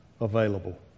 available